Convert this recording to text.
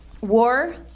war